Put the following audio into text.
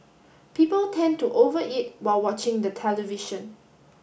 people tend to over eat while watching the television